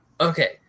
okay